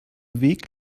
weg